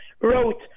wrote